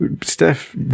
Steph